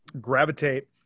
gravitate